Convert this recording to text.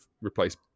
replace